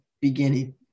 beginning